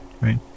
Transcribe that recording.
right